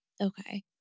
Okay